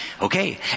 Okay